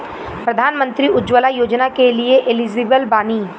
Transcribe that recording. प्रधानमंत्री उज्जवला योजना के लिए एलिजिबल बानी?